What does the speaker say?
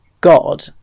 God